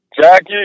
Jackie